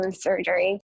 surgery